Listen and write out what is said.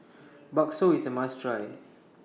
Bakso IS A must Try